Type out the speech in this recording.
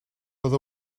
with